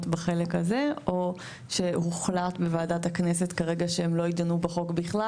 בחלק הזה או שהוחלט בוועדת הכנסת כרגע שהן לא ידונו בחוק בכלל.